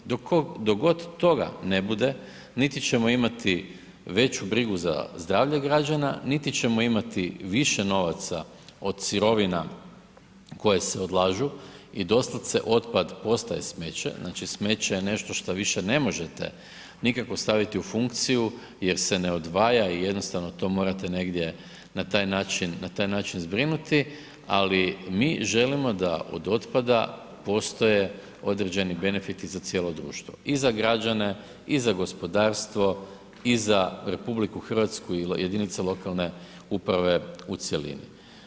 Dok god toga ne bude, niti ćemo imati veću brigu za zdravlje građana, niti ćemo imati više novaca od sirovina koje se odlažu i doslovce otpad postaje smeće, znači smeće je nešto što više ne možete nikako staviti u funkciju jer se ne odvaja i jednostavno to morate negdje na taj način zbrinuti, ali mi želimo da od otpada postoje određeni benefiti za cijelo društvo, i za građane i za gospodarstvo i za RH i jedinica lokalne uprave u cjelini.